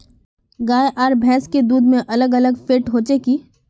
गाय आर भैंस के दूध में अलग अलग फेट होचे की?